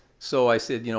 so i said, you know